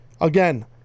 Again